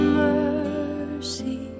mercy